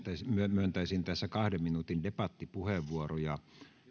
myöntäisin tässä kahden minuutin debattipuheenvuoroja